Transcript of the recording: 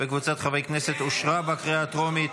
36 בעד, אין מתנגדים, אין נמנעים.